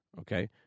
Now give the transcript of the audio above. Okay